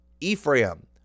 Ephraim